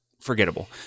forgettable